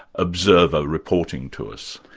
observer reporting to us?